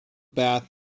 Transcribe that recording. bath